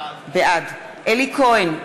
בעד אלי כהן,